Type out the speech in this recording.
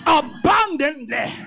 abundantly